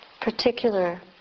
particular